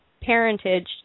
parentage